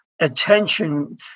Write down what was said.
attention